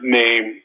name